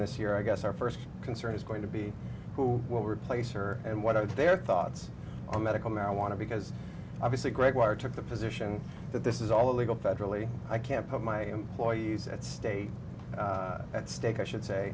this year i guess our first concern is going to be who will replace her and what are their thoughts on medical marijuana because obviously greg wired took the position that this is all illegal federally i can't put my employees at state at stake i should say